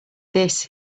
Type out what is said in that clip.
this